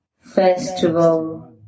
festival